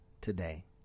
today